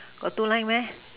got two line meh